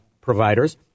providers